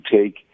take